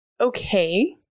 okay